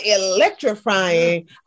electrifying